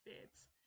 fits